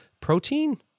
protein